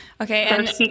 Okay